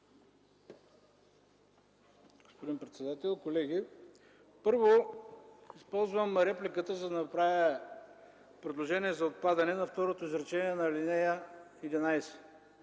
Господин председател, колеги! Първо, използвам репликата, за да направя предложение за отпадане на второто изречение на ал. 11